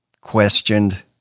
questioned